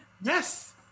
Yes